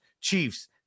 Chiefs